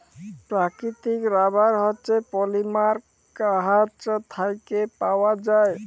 পাকিতিক রাবার হছে পলিমার গাহাচ থ্যাইকে পাউয়া যায়